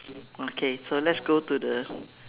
okay so let's go to the